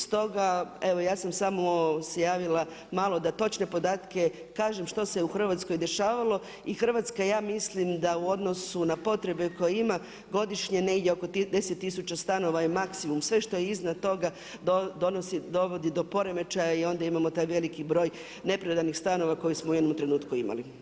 Stoga evo ja sam se samo javila malo da točne podatke kažem što se u Hrvatskoj dešavalo i Hrvatska ja mislim da u odnosu na potrebe koje ima godišnje, negdje oko deset tisuća stanova je maksimu, sve što je iznad toga dovodi do poremećaja i onda imamo taj veliki broj neprodanih stanova koje smo u jednom trenutku imali.